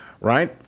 right